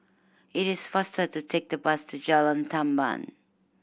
it is faster to take the bus to Jalan Tamban